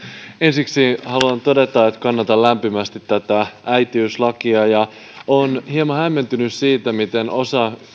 ensiksi haluan todeta että kannatan lämpimästi tätä äitiyslakia olen hieman hämmentynyt siitä miten osa